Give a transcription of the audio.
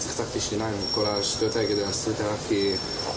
הקבוצה השנייה שנדבר עליה יותר מאוחר בחלק השני של מצגת,